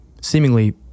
seemingly